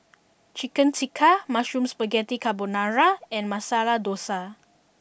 Chicken Tikka Mushroom Spaghetti Carbonara and Masala Dosa